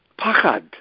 Pachad